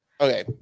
Okay